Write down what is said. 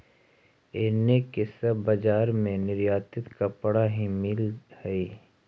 एने के सब बजार में निर्यातित कपड़ा ही मिल हई